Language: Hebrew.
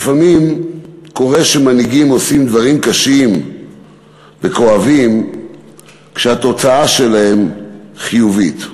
לפעמים קורה שמנהיגים עושים דברים קשים וכואבים שהתוצאה שלהם חיובית,